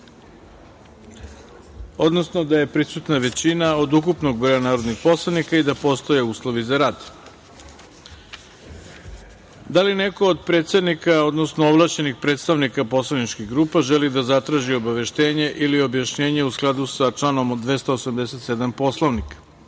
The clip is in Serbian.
odnosno da je prisutna većina od ukupnog broja svih narodnih poslanika i da postoje uslovi za rad Narodne skupštine. Da li neko od predsednika, odnosno ovlašćenih predstavnika poslaničkih grupa želi da zatraži obaveštenje ili objašnjenje u skladu sa članom 287. Poslovnika?